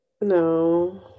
No